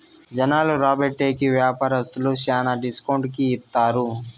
జనాలు రాబట్టే కి వ్యాపారస్తులు శ్యానా డిస్కౌంట్ కి ఇత్తారు